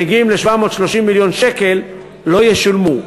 שמגיעים ל-730 מיליון שקל, לא ישולמו.